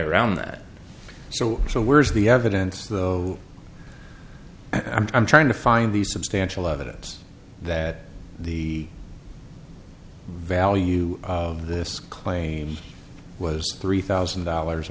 around that so so where's the evidence though i'm trying to find the substantial evidence that the value of this claim was three thousand dollars